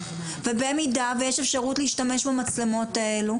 ובמידה ויש אפשרות להשתמש במצלמות האלו,